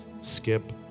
Skip